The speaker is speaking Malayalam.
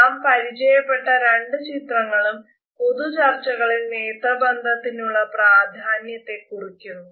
നാം പരിചയപ്പെട്ട രണ്ട് ചിത്രങ്ങളും പൊതുചർച്ചകളിൽ നേത്രബന്ധത്തിനുള്ള പ്രാധാന്യത്തെ കുറിക്കുന്നു